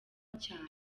cyane